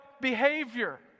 behavior